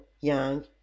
young